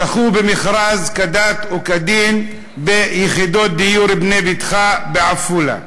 זכו כדת וכדין במכרז על יחידות דיור ב"בנה ביתך" בעפולה.